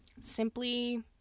Simply